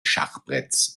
schachbretts